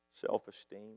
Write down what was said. self-esteem